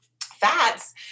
fats